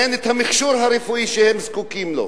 אין המכשור הרפואי שהם זקוקים לו.